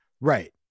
Right